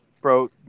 Bro